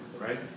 right